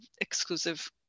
exclusive